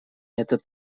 это